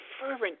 fervent